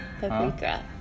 Paprika